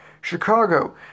Chicago